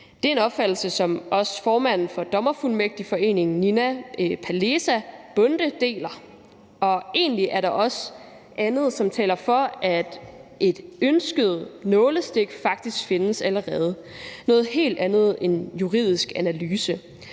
Det er en opfattelse, som også formanden for Dommerfuldmægtigforeningen, Nina Palesa Bonde, deler, og egentlig er der også andet, som taler for, at et ønsket nålestiksindgreb faktisk findes allerede, og det er noget helt andet end juridisk analyse.